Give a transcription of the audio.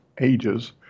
ages